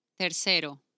Tercero